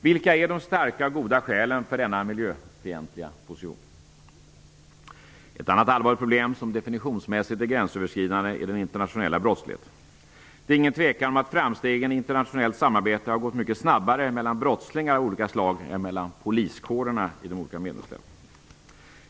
Vilka är de starka och goda skälen för denna miljöfientliga position? Ett annat allvarligt problem som definitionsmässigt är gränsöverskridande är den internationella brottsligheten. Det är ingen tvekan om att framstegen i internationellt samarbete har gått mycket snabbare mellan brottslingar av olika slag än mellan poliskårerna i de olika medlemsländerna.